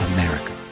America